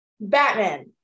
Batman